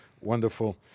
Wonderful